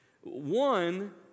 One